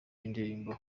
y’indirimbo